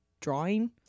drawing